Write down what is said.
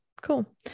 cool